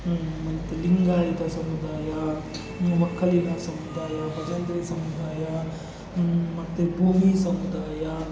ಮತ್ತು ಲಿಂಗಾಯುತ ಸಮುದಾಯ ಒಕ್ಕಲಿಗ ಸಮುದಾಯ ಸಮುದಾಯ ಇನ್ನು ಮತ್ತೆ ಸಮುದಾಯ